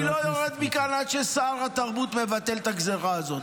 אני לא יורד מכאן עד ששר התרבות מבטל את הגזרה הזאת.